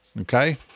okay